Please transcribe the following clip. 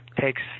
takes